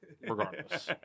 regardless